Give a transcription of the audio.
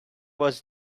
was